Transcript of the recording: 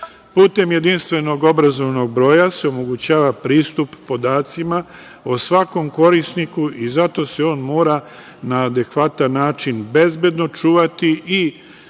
Putem jedinstvenog obrazovnog broja se omogućava pristup podacima o svakom korisniku i zato se on mora na adekvatan način bezbedno čuvati i